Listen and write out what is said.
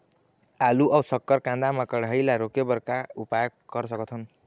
आलू अऊ शक्कर कांदा मा कढ़ाई ला रोके बर का उपाय कर सकथन?